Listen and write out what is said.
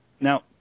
Now